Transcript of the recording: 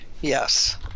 yes